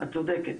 את צודקת.